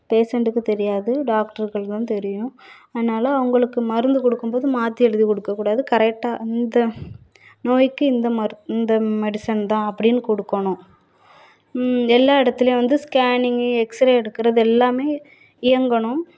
பேஷன்ட்டுக்கு தெரியாது டாக்ட்ருகளுக்கு தான் தெரியும் அதானால் அவங்களுக்கு மருந்து கொடுக்கும்போது மாற்றி எழுதி கொடுக்க கூடாது கரெக்டாக அந்த நோயிக்கு இந்த மரு இந்த மெடிசன் தான் அப்படின்னு கொடுக்கணும் எல்லா இடத்துலையும் வந்து ஸ்கேனிங்கு எக்ஸ்ரே எடுக்கிறது எல்லாமே இயங்கணும்